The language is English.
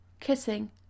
kissing